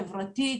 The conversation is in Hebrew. חברתית,